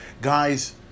guys